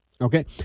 Okay